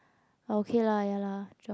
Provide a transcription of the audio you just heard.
okay lah ya lah joke